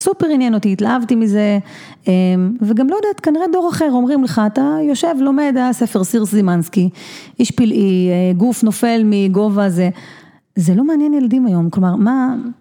סופר עניין אותי, התלהבתי מזה, וגם לא יודעת, כנראה דור אחר אומרים לך, אתה יושב לומד ספר סירס-זימנסקי, איש פילאי, גוף נופל מגובה זה, זה לא מעניין ילדים היום, כלומר, מה...